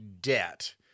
debt